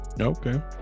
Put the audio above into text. okay